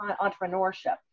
entrepreneurship